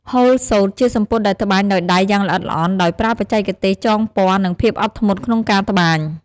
ហូលសូត្រ ជាសំពត់ដែលត្បាញដោយដៃយ៉ាងល្អិតល្អន់ ដោយប្រើបច្ចេកទេសចងពណ៌ និងភាពអត់ធ្មត់ក្នុងការត្បាញ។